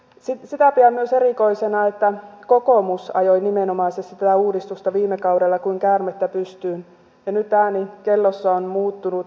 myös sitä pidän erikoisena että kokoomus nimenomaisesti ajoi tätä uudistusta viime kaudella kuin käärmettä pyssyyn ja nyt ääni kellossa on muuttunut